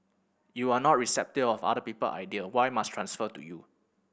you are not receptive of other people idea y must transfer to you